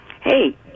hey